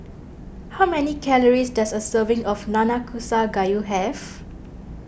how many calories does a serving of Nanakusa Gayu have